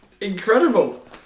Incredible